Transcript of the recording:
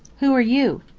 who are you?